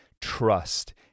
trust